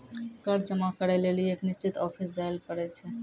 कर जमा करै लेली एक निश्चित ऑफिस जाय ल पड़ै छै